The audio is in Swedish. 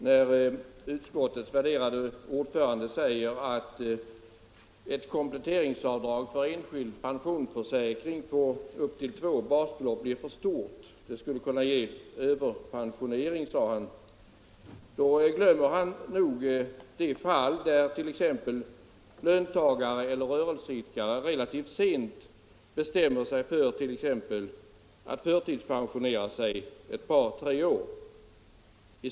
När utskottets värderade ordförande säger att ett kompletteringsavdrag för enskild pension på upp till två basbelopp är för stort — det skulle kunna ge överpensionering, ansåg han —- glömmer han nog de fall där t.ex. löntagare eller rörelseidkare relativt sent bestämmer sig för t.ex. att pensionera sig ett par tre år i förtid.